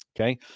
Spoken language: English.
Okay